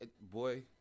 Boy